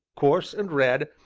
coarse and red,